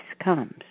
comes